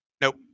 nope